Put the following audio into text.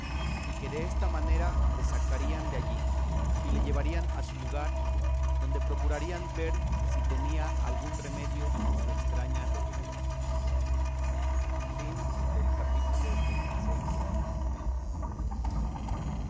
y que desta manera le sacarían de allí y le llevarían a su lugar donde procurarían ver si tenía algún remedio su estraña locura capítulo